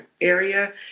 area